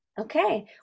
okay